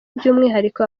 by’umwihariko